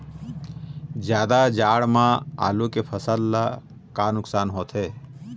जादा जाड़ा म आलू के फसल ला का नुकसान होथे?